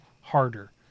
harder